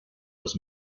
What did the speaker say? was